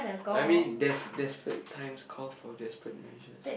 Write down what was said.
I mean def~ desperate times call for desperate measures